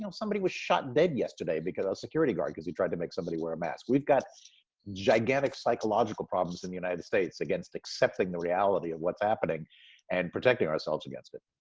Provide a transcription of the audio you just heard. you know somebody was shot dead yesterday because, a security guard because he tried to make somebody wear a mask. we've got gigantic psychological problems in the united states against accepting the reality of what's happening and protecting ourselves against it.